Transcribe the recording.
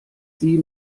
sie